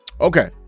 okay